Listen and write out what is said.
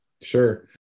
Sure